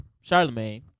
Charlemagne